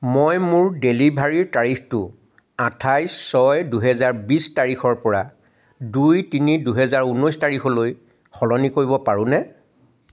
মই মোৰ ডেলিভাৰীৰ তাৰিখটো আঠাইছ ছয় দুহেজাৰ বিশ তাৰিখৰ পৰা দুই তিনি দুহেজাৰ ঊনৈছ তাৰিখলৈ সলনি কৰিব পাৰোঁনে